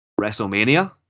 WrestleMania